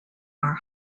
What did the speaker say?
are